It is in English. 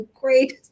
great